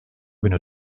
günü